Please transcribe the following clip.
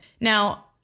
Now